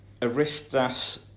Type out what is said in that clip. Aristas